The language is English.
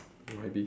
might be